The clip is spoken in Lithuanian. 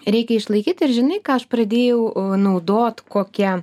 reikia išlaikyt ir žinai ką aš pradėjau naudot kokią